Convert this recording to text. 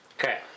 Okay